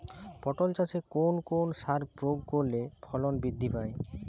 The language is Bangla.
পটল চাষে কোন কোন সার প্রয়োগ করলে ফলন বৃদ্ধি পায়?